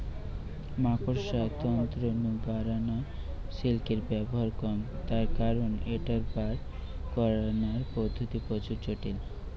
মাকড়সার তন্তু নু বারানা সিল্কের ব্যবহার কম তার কারণ ঐটার বার করানার পদ্ধতি প্রচুর জটিল